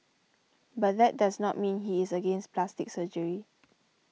but that does not mean he is against plastic surgery